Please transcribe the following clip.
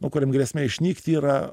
nu kuriem grėsmė išnykti yra